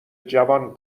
جوان